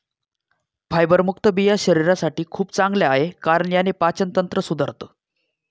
फायबरयुक्त बिया शरीरासाठी खूप चांगल्या आहे, कारण याने पाचन तंत्र सुधारतं